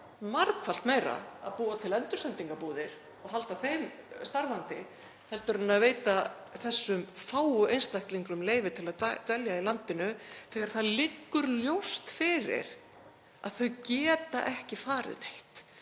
margfalt meira að búa til endursendingarbúðir og halda þeim starfandi heldur en að veita þessum fáu einstaklingum leyfi til að dvelja í landinu þegar það liggur ljóst fyrir að þau geta ekki farið neitt.